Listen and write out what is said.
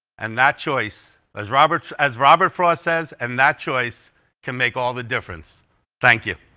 and that choice as roberts as robert frost says and that choice can make all the difference thank you